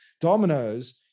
dominoes